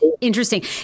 interesting